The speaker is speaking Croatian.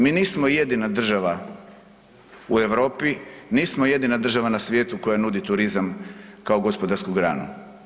Mi nismo jedina država u Europi, nismo jedina država na svijetu koja nudi turizam kao gospodarsku granu.